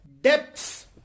depths